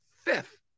fifth